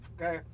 okay